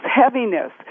heaviness